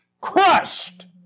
crushed